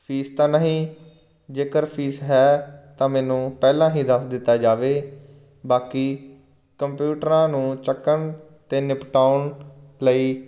fees ਤਾਂ ਨਹੀਂ ਜੇਕਰ ਫੀਸ ਹੈ ਤਾਂ ਮੈਨੂੰ ਪਹਿਲਾਂ ਹੀ ਦੱਸ ਦਿੱਤਾ ਜਾਵੇ ਬਾਕੀ ਕੰਪਿਊਟਰਾਂ ਨੂੰ ਚੁੱਕਣ ਅਤੇ ਨਿਪਟਾਉਣ ਲਈ